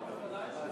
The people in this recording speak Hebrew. נתניהו ודאי שלא,